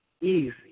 Easy